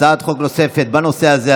הצעת חוק נוספת בנושא הזה,